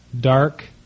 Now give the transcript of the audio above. dark